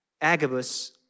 Agabus